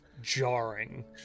jarring